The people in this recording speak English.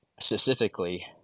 specifically